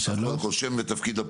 על הסתייגות שלי בחקיקה מקדנציה קודמת